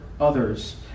others